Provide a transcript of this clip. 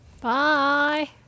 Bye